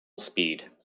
speed